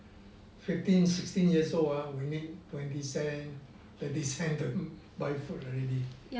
fifteen sixteen years old ah we need twenty cent thirty cents to buy food already